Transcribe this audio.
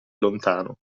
lontano